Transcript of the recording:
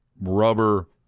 rubber